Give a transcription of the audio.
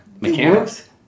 mechanics